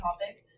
topic